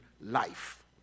life